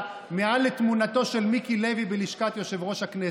מעל לתמונתו של מיקי לוי בלשכת יושב-ראש הכנסת,